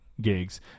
gigs